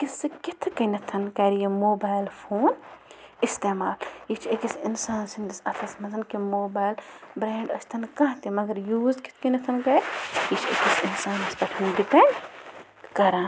کہِ سُہ کِتھ کٔنٮ۪تھ کَرِ یہِ موبایِل فون اِستعمال یہِ چھِ أکِس اِنسان سٕنٛدِس اَتھَس منٛزَن کہِ موبایِل برٛینٛڈ ٲستَن کانٛہہ تہِ مگر یوٗز کِتھ کٔنٮ۪تھَن کٔر یہِ چھِ أکِس اِنسانَس پٮ۪ٹھَن ڈِپٮ۪نٛڈ کَران